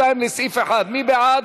22 לסעיף 1, מי בעד?